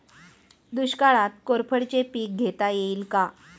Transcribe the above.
दुष्काळात कोरफडचे पीक घेता येईल का?